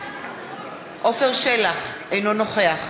אינו נוכח